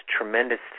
Tremendous